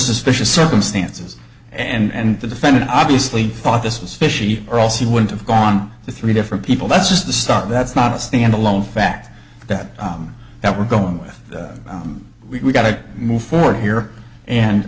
suspicious circumstances and the defendant obviously thought this was fishy or also he wouldn't have gone to three different people that's just the start that's not a stand alone fact that that we're going with we've got to move forward here and